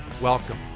Welcome